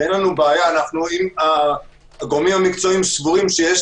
ואין לנו בעיה הגורמים המקצועיים סבורים שצריך